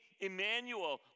Emmanuel